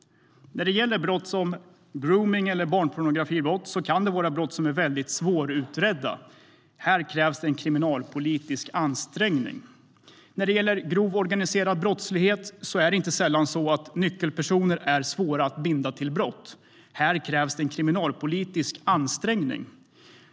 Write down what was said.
När det gäller grov organiserad brottslighet är det inte sällan så att nyckelpersoner är svåra att binda till brott. Här krävs en kriminalpolitisk ansträngning.